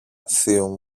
θείου